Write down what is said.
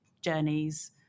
journeys